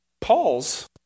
Paul's